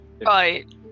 Right